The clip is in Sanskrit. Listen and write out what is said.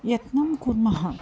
यत्नं कुर्मः